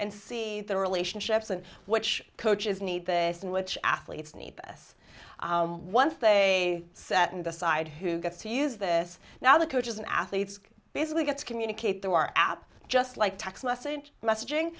and see the relationships and which coaches need this and which athletes need us once they set and decide who gets to use this now the coaches and athletes basically gets communicate through our app just like tax mustn't messaging